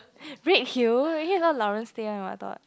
Redhill is all the 老人 stay one what I thought